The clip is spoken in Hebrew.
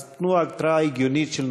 אז תנו התראה הגיונית של,